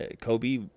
Kobe